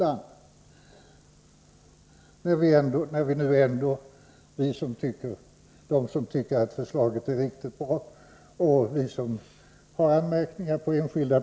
lånd. a I 61 M solist Jivild ojn bitrallamsa 18d iardms2d15v När vil de söm tycker” ättrförslagetbär riktigt: bra: och svi isom/ihar! anmärkningar på” enskildå?